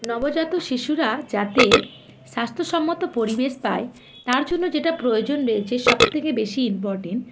নবজাত শিশুরা যাতে স্বাস্থ্যসম্মত পরিবেশ পায় তার জন্য যেটা প্রয়োজন রয়েছে সবথেকে বেশি ইম্পর্ট্যান্ট